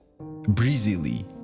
breezily